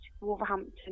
Wolverhampton